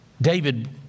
David